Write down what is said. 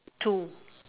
two